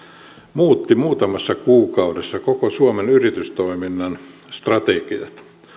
muutti muutamassa kuukaudessa koko suomen yritystoiminnan strategiat